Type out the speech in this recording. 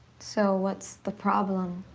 so, what's the problem?